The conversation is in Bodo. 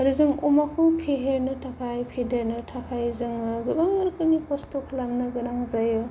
आरो जों अमाखौ फेहेरेनो थाखाय फेदेरनो थाखाय जोङो गोबां रोखोमनि खस्त' खालामनो गोनां जायो